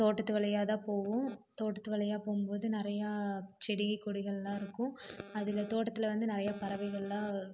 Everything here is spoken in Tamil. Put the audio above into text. தோட்டத்து வழியாக தான் போவோம் தோட்டத்து வழியாக போகும் போது நிறையா செடி கொடிகள்லாம் இருக்கும் அதில் தோட்டத்தில் வந்து நிறையா பறவைகள்லாம்